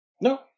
No